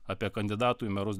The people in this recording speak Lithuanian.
apie kandidatų į merus